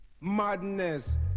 Madness